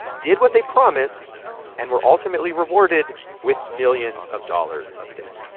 did what they promised and were ultimately rewarded with millions of dollars of debt.